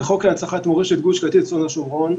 בחוק להנצחת מורשת גוש קטיף והשומרון,